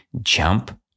jump